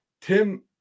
Tim